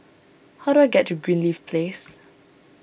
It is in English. how do I get to Greenleaf Place